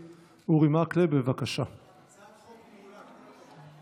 התקבלה בקריאה ראשונה ותעבור לוועדת הכספים להכנה לקריאה שנייה